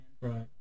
Right